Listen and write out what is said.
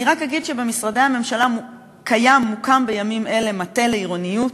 אני רק אגיד שבמשרדי הממשלה מוקם בימים אלה מטה לעירוניות.